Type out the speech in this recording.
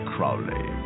Crowley